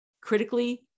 Critically